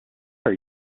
are